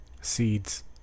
Seeds